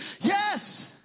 Yes